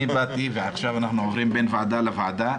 עכשיו עוברים בין ועדה לוועדה.